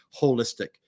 holistic